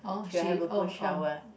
she'll have a good shower